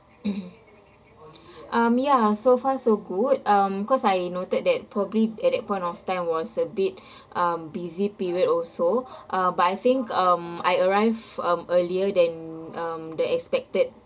um ya so far so good um cause I noted that probably at that point of time was a bit um busy period also uh but I think um I arrived um earlier than um the expected